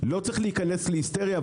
לא צריך להיכנס להיסטריה,